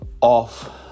off